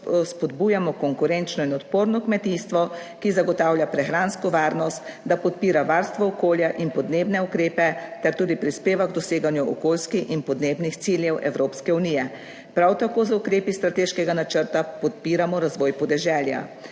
spodbujamo konkurenčno in odporno kmetijstvo, ki zagotavlja prehransko varnost, da podpira varstvo okolja in podnebne ukrepe ter tudi prispeva k doseganju okoljskih in podnebnih ciljev Evropske unije. Prav tako z ukrepi strateškega načrta podpiramo razvoj podeželja.